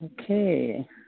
Okay